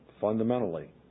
fundamentally